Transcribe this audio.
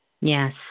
Yes